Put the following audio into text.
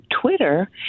Twitter